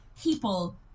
people